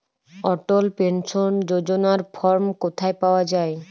অটল pension যোজনার form কোথায় পাওয়া যাবে?